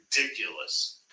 ridiculous